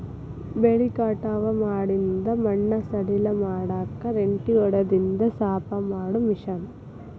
ಬೆಳಿ ಕಟಾವ ಮಾಡಿಂದ ಮಣ್ಣ ಸಡಿಲ ಮಾಡಾಕ ರೆಂಟಿ ಹೊಡದಿಂದ ಸಾಪ ಮಾಡು ಮಿಷನ್